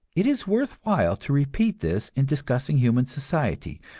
it is worth while to repeat this in discussing human society,